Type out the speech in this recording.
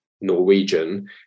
Norwegian